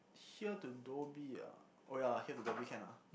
here to Dhoby ah oh ya here to Dhoby can ah